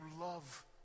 love